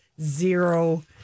zero